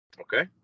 Okay